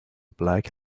black